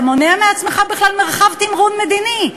אתה מונע מעצמך בכלל מרחב תמרון מדיני.